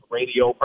radio